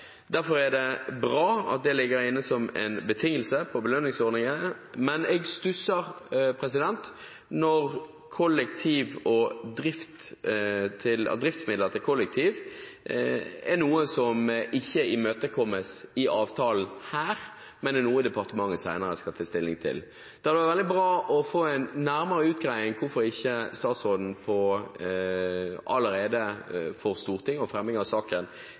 Derfor er det bra at det ligger inne som en betingelse på belønningsordningen, men jeg stusser når driftsmidler til kollektiv er noe som ikke imøtekommes i avtalen her, men er noe departementet senere skal ta stilling til. Det hadde vært veldig bra å få en nærmere utgreiing om hvorfor ikke statsråden allerede ved framleggelsen av saken for Stortinget vil gå inn for å si at dette er viktig og